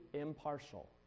impartial